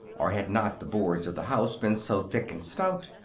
or had not the boards of the house been so thick and stout,